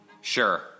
Sure